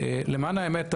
למען האמת,